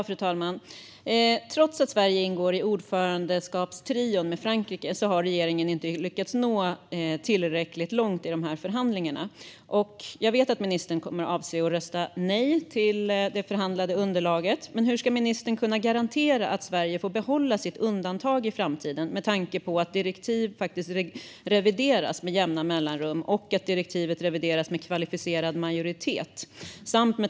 Fru talman! Trots att Sverige ingår i ordförandeskapstrion med Frankrike har regeringen inte lyckats nå tillräckligt långt i förhandlingarna. Jag vet att ministern avser att rösta nej till det förhandlade underlaget. Men hur ska ministern kunna garantera att Sverige får behålla sitt undantag i framtiden med tanke på att direktiv faktiskt revideras med jämna mellanrum och att direktivet revideras med kvalificerad majoritet?